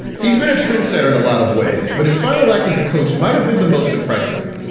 he's been a trendsetter in a lot of ways, but his final act as a coach might have been the most impressive.